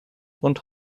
und